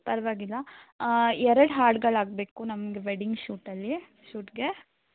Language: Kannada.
ಪರವಾಗಿಲ್ಲ ಎರಡು ಹಾಡುಗಳಾಗಬೇಕು ನಮಗೆ ವೆಡ್ಡಿಂಗ್ ಶೂಟಲ್ಲಿ ಶೂಟ್ಗೆ